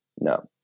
no